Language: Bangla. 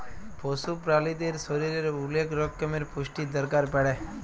পশু প্রালিদের শরীরের ওলেক রক্যমের পুষ্টির দরকার পড়ে